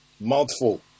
mouthful